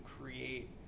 create